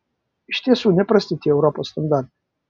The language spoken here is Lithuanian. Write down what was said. iš tiesų neprasti tie europos standartai